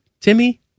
Timmy